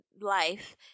life